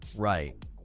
right